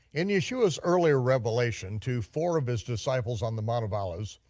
in yeshua's earlier revelation to four of his disciples on the mount of olives,